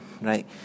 right